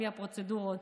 בלי הפרוצדורות,